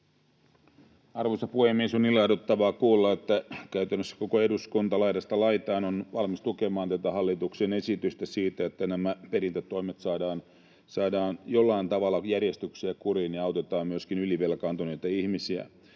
Arvoisa puhemies! On ilahduttavaa kuulla, että käytännössä koko eduskunta laidasta laitaan on valmis tukemaan tätä hallituksen esitystä siitä, että nämä perintätoimet saadaan jollain tavalla järjestykseen ja kuriin ja autetaan myöskin ylivelkaantuneita ihmisiä.